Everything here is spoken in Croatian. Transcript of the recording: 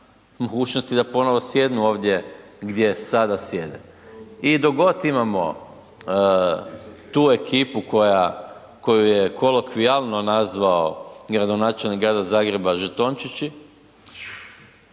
mogućnosti da ponovo sjednu ovdje gdje sada sjede. I dok god imamo tu ekipu koja, koju je kolokvijalno nazvao gradonačelnik Grada Zagreba, žetončići